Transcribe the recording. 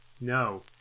No